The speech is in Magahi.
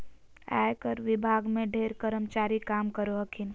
आयकर विभाग में ढेर कर्मचारी काम करो हखिन